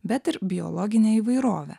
bet ir biologine įvairove